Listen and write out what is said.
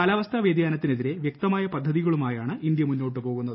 കാലാവസ്ഥ വ്യതിയാനത്തിനെതിരെ വൃക്തമായ പദ്ധതികളുമായാണ് ഇന്തൃ മുന്നോട്ടു പോകുന്നത്